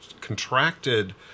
contracted